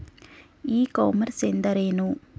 E commerce ಎಂದರೇನು?